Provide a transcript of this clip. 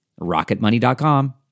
Rocketmoney.com